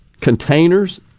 containers